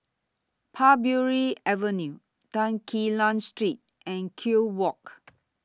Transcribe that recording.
Parbury Avenue Tan Quee Lan Street and Kew Walk